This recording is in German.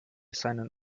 seinen